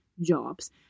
jobs